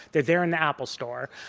they're there in the apple store.